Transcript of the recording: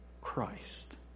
Christ